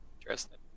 interesting